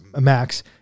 Max